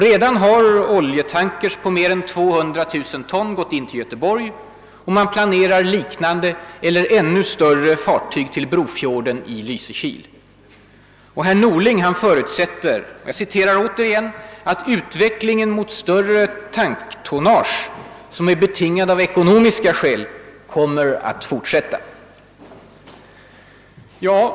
Redan har oljetankers på mer än 200 000 ton gått in till Göteborg, och man planerar liknande eller ännu större fartyg till Brofjorden i Lysekil. Och herr Norling förutsätter att »utvecklingen mot större tanktonnage, som är betingad av ekonomiska skäl, kommer att fortsätta».